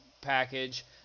package